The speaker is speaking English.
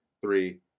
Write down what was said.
three